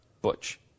Butch